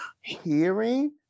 hearing